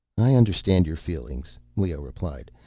i understand your feelings, leoh replied,